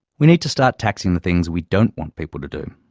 we need to start taxing the things we don't want people to do,